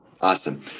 Awesome